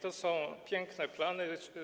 To są piękne plany.